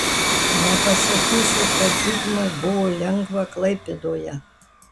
nepasakysi kad zigmui buvo lengva klaipėdoje